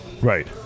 Right